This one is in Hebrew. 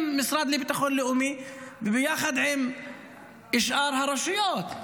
המשרד לביטחון לאומי וביחד עם שאר הרשויות.